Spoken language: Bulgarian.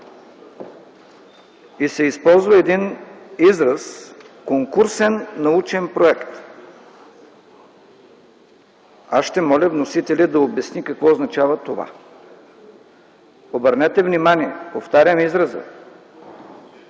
и се използва изразът „конкурсен научен проект”. Ще моля вносителят да обясни какво означава това! Обърнете внимание, повтарям израза.